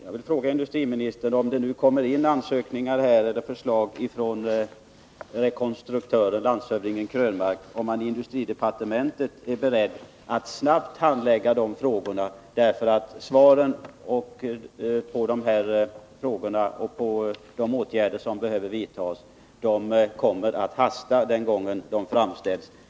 Jag vill fråga industriministern: Om det nu kommer förslag från rekonstruktören, landshövding Eric Krönmark, är man då inom industridepartementet beredd att snabbt handlägga dessa frågor? Det kommer att hasta med besked om de åtgärder som behöver vidtas när förslagen framställs.